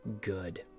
good